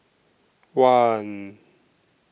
one